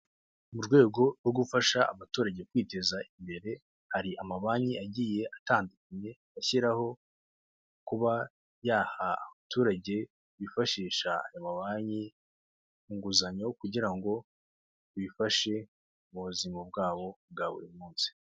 Mu rwego rwo gufasha abaturage kwiteza imbere, hari amabanki agiye atandukanye ashyiraho kuba yaha abaturage bifashisha ayo mabanki inguzanyo, kugira ngo bifashe mu buzima bwabo bwa buri munsi.